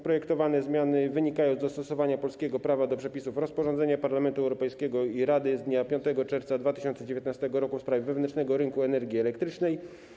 Projektowane zmiany wynikają z dostosowania polskiego prawa do przepisów rozporządzenia Parlamentu Europejskiego i Rady z dnia 5 czerwca 2019 r. w sprawie wewnętrznego rynku energii elektrycznej.